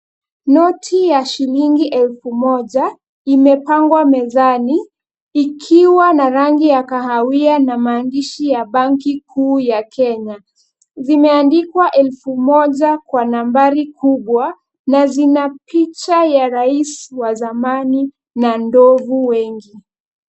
Noti ya shilingi elfu moja imepangwa mezani ikiwa na rangi ya kahawia na maandishi ya banki kuu ya Kenya. Zimeandikwa elfu moja kwa nambari kubwa na zina picha ya rais wa zamani na ndovu wengi.